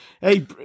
Hey